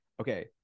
okay